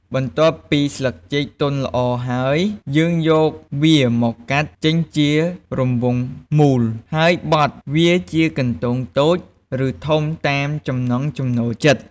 បន្ទាប់ពីស្លឹកចេកទន់ល្អហើយ យើងយកវាមកកាត់ចេញជារង្វង់មូល ហើយបត់វាជាកន្ទោងតូច ឬធំតាមចំណង់ចំណូលចិត្ត។